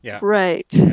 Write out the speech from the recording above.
Right